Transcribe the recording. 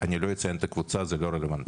אני לא אציין את הקבוצה, זה לא רלוונטי.